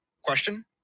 Question